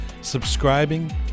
subscribing